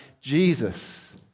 Jesus